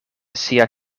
sia